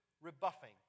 rebuffing